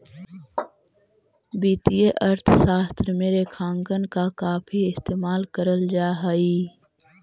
वित्तीय अर्थशास्त्र में रेखांकन का काफी इस्तेमाल करल जा हई